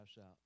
out